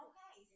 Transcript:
Okay